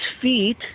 feet